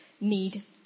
need